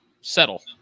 settle